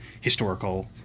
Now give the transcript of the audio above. historical